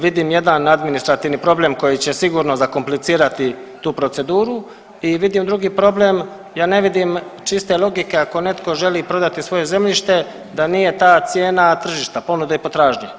Vidim jedan administrativni problem koji će sigurno zakomplicirati tu proceduru i vidim drugi problem, ja ne vidim čiste logike, ako netko želi prodati svoje zemljište da nije ta cijena tržišta ponude i potražnje.